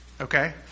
okay